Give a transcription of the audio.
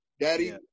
Daddy